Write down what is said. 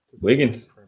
Wiggins